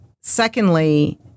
Secondly